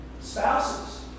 spouses